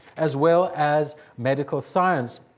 as well as medical science.